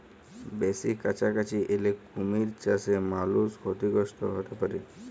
বেসি কাছাকাছি এলে কুমির চাসে মালুষ ক্ষতিগ্রস্ত হ্যতে পারে